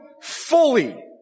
fully